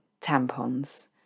tampons